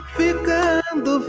ficando